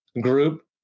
group